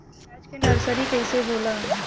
प्याज के नर्सरी कइसे होला?